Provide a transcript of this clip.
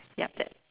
yup that